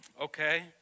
okay